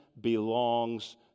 belongs